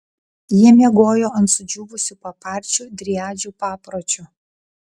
jie miegojo ant sudžiūvusių paparčių driadžių papročiu